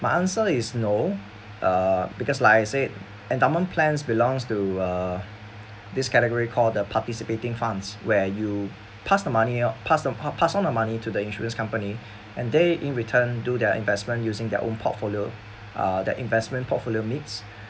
my answer is no uh because like I said endowment plans belongs to uh this category called the participating funds where you pass the money or pass on pass on the money to the insurance company and they in return do their investment using their own portfolio uh the investment portfolio mix